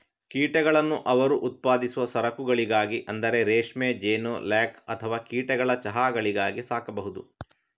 ಕೀಟಗಳನ್ನು ಅವರು ಉತ್ಪಾದಿಸುವ ಸರಕುಗಳಿಗಾಗಿ ಅಂದರೆ ರೇಷ್ಮೆ, ಜೇನು, ಲ್ಯಾಕ್ ಅಥವಾ ಕೀಟಗಳ ಚಹಾಗಳಿಗಾಗಿ ಸಾಕಬಹುದು